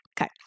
Okay